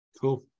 Cool